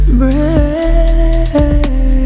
break